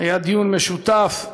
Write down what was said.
היה דיון משותף,